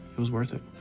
it was worth it.